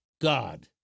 God